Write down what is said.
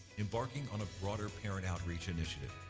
embarking on a broader parent outreach initiative,